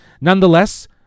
nonetheless